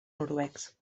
noruecs